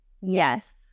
yes